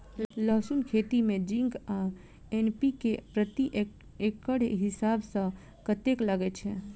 लहसून खेती मे जिंक आ एन.पी.के प्रति एकड़ हिसाब सँ कतेक लागै छै?